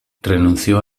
renunció